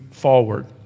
forward